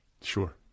Sure